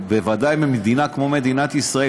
בוודאי מדינה כמו מדינת ישראל,